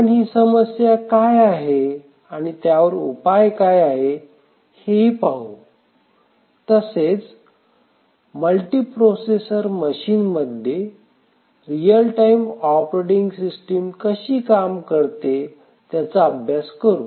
आपण ही समस्या काय आहे आणि त्यावर उपाय काय हेही पाहू तसेच मल्टीप्रोसेसर मशीन मध्ये रियल टाइम ऑपरेटिंग सिस्टिम कशी काम करते त्याचा अभ्यास करू